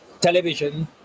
television